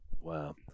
Wow